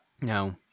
No